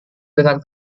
dengan